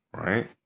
right